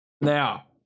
Now